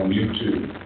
YouTube